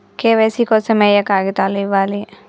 KYC కోసం ఏయే కాగితాలు ఇవ్వాలి?